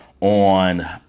on